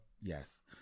Yes